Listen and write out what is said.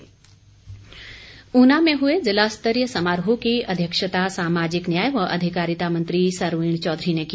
ऊना दिवस ऊना में हुए ज़िला स्तरीय समारोह की अध्यक्षता सामाजिक न्याय व अधिकारिता मंत्री सरवीण चौधरी ने की